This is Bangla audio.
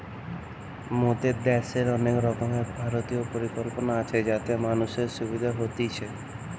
মোদের দ্যাশের অনেক রকমের ভারতীয় পরিকল্পনা আছে যাতে মানুষের সুবিধা হতিছে